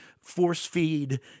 force-feed